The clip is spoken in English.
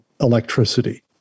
electricity